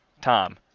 Tom